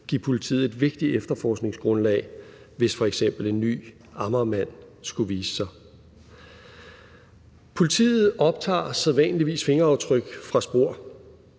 give politiet et vigtigt efterforskningsgrundlag, hvis f.eks. en ny Amagermand skulle vise sig. Politiet optager sædvanligvis fingeraftryk fra spor